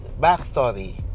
backstory